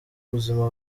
buzima